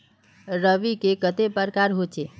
रवि के कते प्रकार होचे?